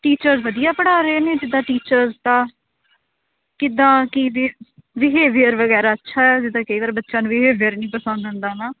teacher ਵਧੀਆ ਪੜ੍ਹਾ ਰਹੇ ਨੇ ਜਿੱਦਾਂ ਟੀਚਰਸ ਦਾ ਕਿੱਦਾਂ ਕਿਦੇ ਬਿਹੇਵੀਅਰ ਵਗੈਰਾ ਅੱਛਾ ਹੈ ਜਿੱਦਾਂ ਕਈ ਵਾਰ ਬੱਚਿਆਂ ਨੂੰ ਬਿਹੇਵੀਅਰ ਨਹੀਂ ਪਸੰਦ ਆਉਂਦਾ ਨਾ